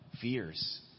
fears